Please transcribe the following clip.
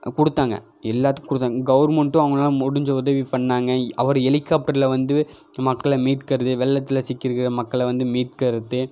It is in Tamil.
கொடுத்தாங்க எல்லாத்துக்கும் கொடுத்தாங்க கவர்மெண்ட்டும் அவங்களால முடிஞ்ச உதவி பண்ணிணாங்க அவர் ஹெலிகாப்டரில் வந்து மக்களை மீட்கிறது வெள்ளத்தில் சிக்கியிருக்குற மக்களை வந்து மீட்கிறது